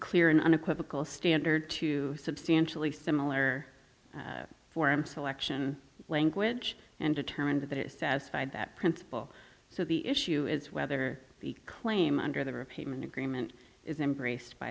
clear and unequivocal standard to substantially similar forum selection language and determined that it satisfied that principle so the issue is whether the claim under the repayment agreement is embraced by